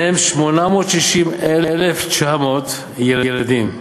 ומהן 860,900 ילדים.